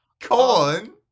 Corn